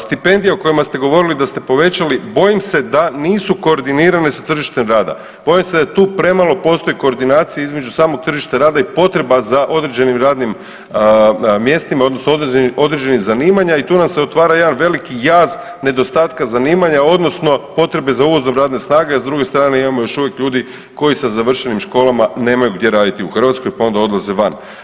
Stipendije o kojima ste govorili da ste povećali, bojim se da nisu koordinirane s tržištem rada, bojim se da tu premalo postoji koordinacije između samog tržišta rada i potreba za određenim radnim mjestima odnosno određenih zanimanja i tu nam se otvara jedan veliki jaz nedostatka zanimanja odnosno potrebe za uvozom radne snage, a s druge strane imamo još uvijek ljudi koji sa završenim školama nemaju gdje raditi u Hrvatskoj, pa onda odlaze van.